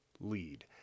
lead